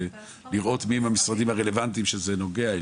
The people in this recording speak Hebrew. לראות מי הם המשרדים הרלוונטיים שאליהם זה נוגע,